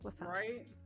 Right